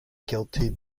guilty